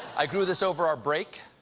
i grew this over our break.